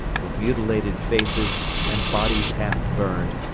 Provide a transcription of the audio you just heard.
with mutilated faces and bodies half burned,